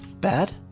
Bad